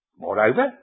Moreover